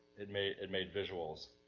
it made, it made visuals.